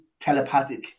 telepathic